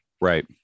Right